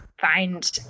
find